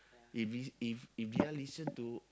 if it's if if they're listen to